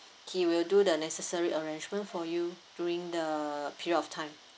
he will do the necessary arrangement for you during the period of time